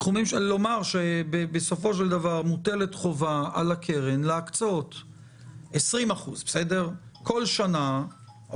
לומר שבסופו של דבר מוטלת חובה על הקרן להקצות 20% כל שנה,